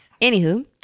Anywho